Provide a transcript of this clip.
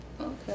okay